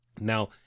Now